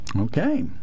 Okay